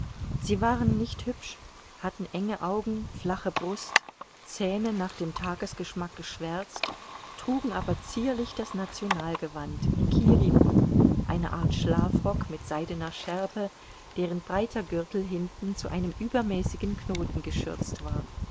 sie waren nicht hübsch hatten enge augen flache brust zähne nach dem tagesgeschmack geschwärzt trugen aber zierlich das nationalgewand kirimon eine art schlafrock mit seidener schärpe deren breiter gürtel hinten zu einem übermäßigen knoten geschürzt war